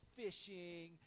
fishing